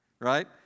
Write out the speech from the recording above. right